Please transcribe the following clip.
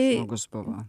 žmogus buvo